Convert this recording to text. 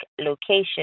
location